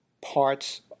parts